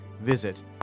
Visit